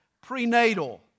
prenatal